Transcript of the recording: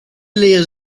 layers